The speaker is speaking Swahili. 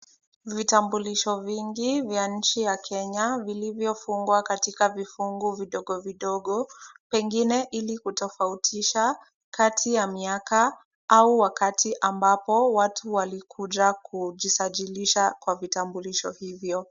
Vitambulisho vingi vya nchi ya Kenya, vilivyofungwa katika vifungu vidogo vidogo, pengine ili kutofautisha kati ya miaka au wakati ambapo watu walikuja kujisajilisha kwa vitambulisho hivyo.